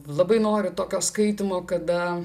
labai noriu tokio skaitymo kada